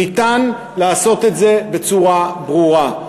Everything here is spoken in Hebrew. ניתן לעשות את זה בצורה ברורה.